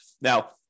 Now